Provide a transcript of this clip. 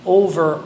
over